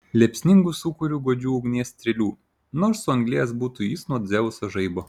liepsningu sūkuriu godžių ugnies strėlių nors suanglėjęs būtų jis nuo dzeuso žaibo